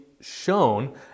shown